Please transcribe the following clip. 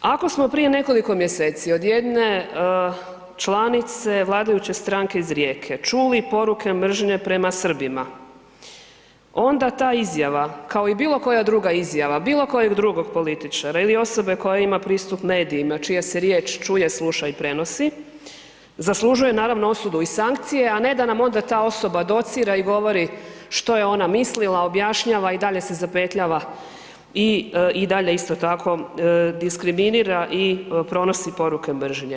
Ako smo prije nekoliko mjeseci od jedne članice vladajuće stranke iz Rijeke čuli poruke mržnje prema Srbima, onda ta izjava kao i bilokoja druga izjava bilokojeg drugog političara ili osobe koja ima pristup medijima čija se riječ čuje, sluša i prenosi, zaslužuje naravno osudu i sankcije a ne da nam onda ta osoba docira i govori što je ona mislila, objašnjava, i dalje se zapetljava i i dalje isto tako diskriminira i pronosi poruke mržnje.